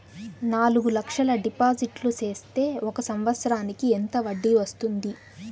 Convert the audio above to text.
నాలుగు లక్షల డిపాజిట్లు సేస్తే ఒక సంవత్సరానికి ఎంత వడ్డీ వస్తుంది?